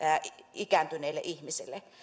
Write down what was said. ikääntyneelle ihmiselle